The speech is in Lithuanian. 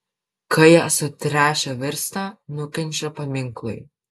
kai jie sutręšę virsta nukenčia paminklai